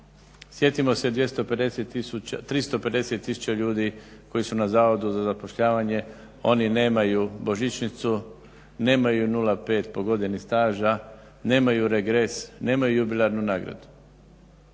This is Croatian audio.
sjetimo se 350 tisuća ljudi koji su na Zavodu za zapošljavanje, oni nemaju božićnicu, nemaju 0,5 po godini staža, nemaju regres, nemaju jubilarnu nagradu.